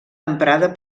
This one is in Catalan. emprada